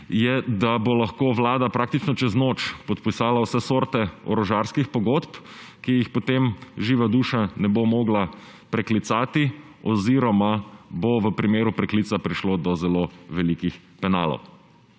je, da bo lahko vlada praktično čez noč podpisala vse sorte orožarskih pogodb, ki jih potem živa duša ne bo mogla preklicati oziroma bo v primeru preklica prišlo do zelo velikih penalov.